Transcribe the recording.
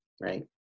right